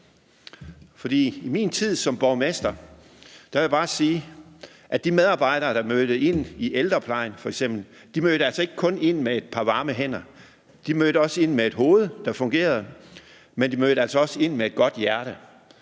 i min tid som borgmester har jeg oplevet, at de medarbejdere, der mødte ind i f.eks. ældreplejen, ikke kun mødte ind med et par varme hænder; de mødte også ind med et hoved, der fungerede, og med et godt hjerte.